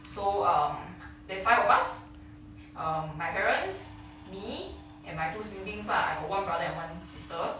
so um there's five of us um my parents me and my two siblings lah I got one brother and one sister